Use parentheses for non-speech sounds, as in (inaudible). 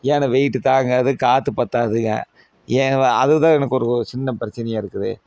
ஏனால் வெயிட்டு தாங்காது காற்று பத்தாதுங்க (unintelligible) அது தான் எனக்கு ஒரு சின்ன பிரச்சினையா இருக்குது